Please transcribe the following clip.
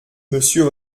monsieur